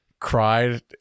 cried